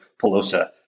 Pelosa